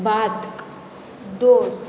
भात दोस